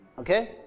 Okay